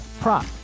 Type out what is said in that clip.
prop